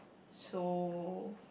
so